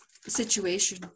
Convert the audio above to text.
situation